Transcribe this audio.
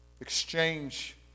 Exchange